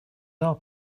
our